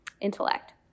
intellect